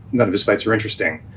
none of those fights are interesting.